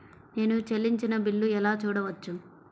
నేను చెల్లించిన బిల్లు ఎలా చూడవచ్చు?